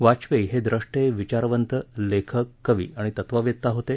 वाजपेयी हे द्रष्टे विचारवंत लेखक कवी आणि तत्ववेत्ता होते